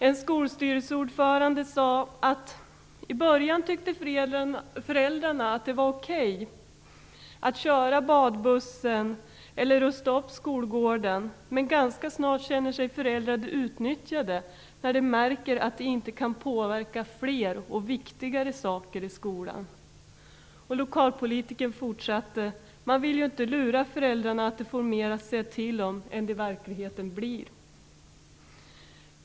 En skolstyrelseordförande sade, att i början tyckte föräldrarna att det var okej att köra badbussen eller rusta upp skolgården, men ganska snart känner sig föräldrar utnyttjade när de märker att de inte kan påverka flera och viktigare saker i skolan. Lokalpolitikern fortsatte: Man vill ju inte lura föräldrarna att de får mer att säga till om än det i verkligheten blir.